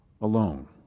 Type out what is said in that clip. alone